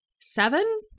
seven